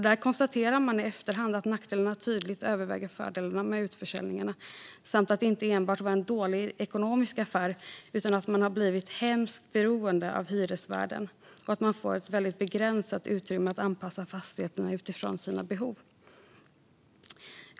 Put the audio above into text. Där konstaterar man i efterhand att nackdelarna tydligt överväger fördelarna med utförsäljningarna samt att det inte enbart var en dålig ekonomisk affär utan att man också har blivit hemskt beroende av hyresvärden och att man får ett väldigt begränsat utrymme att anpassa fastigheterna utifrån sina behov.